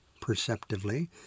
perceptively